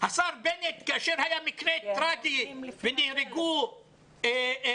השר בנט, כאשר היה מקרה טראגי ונהרגו ילדים